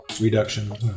Reduction